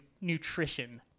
nutrition